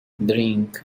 drink